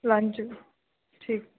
lunch ਠੀਕ